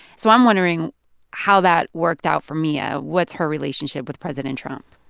so i'm wondering how that worked out for mia. what's her relationship with president trump?